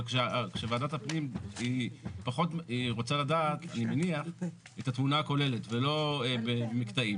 אבל ועדת הפנים רוצה לדעת את התמונה הכוללת ולא מקטעים.